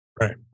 Right